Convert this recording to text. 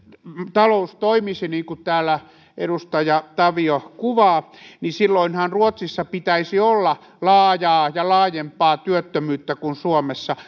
talous toimisi niin kuin täällä edustaja tavio kuvaa niin silloinhan ruotsissa pitäisi olla laajaa ja laajempaa työttömyyttä kuin suomessa